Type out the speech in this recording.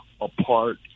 apart